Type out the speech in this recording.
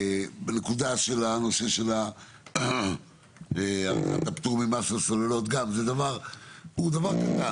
נושא של הפטור ממס על סוללות הוא דבר קטן,